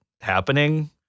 happening